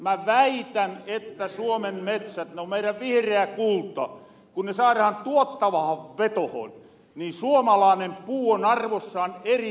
mä väitän että suomen metsät ne ovat meidän vihreä kulta kun se saadaan tuottavahan vetohon niin suomalainen puu on arvossaan eri muoroissa